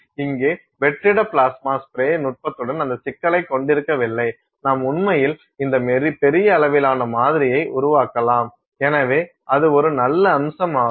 இங்கே வெற்றிட plasma spray நுட்பத்துடன் அந்த சிக்கலைக் கொண்டிருக்கவில்லை நாம் உண்மையில் இந்த பெரிய அளவிலான மாதிரியை உருவாக்கலாம் எனவே அது ஒரு நல்ல அம்சமாகும்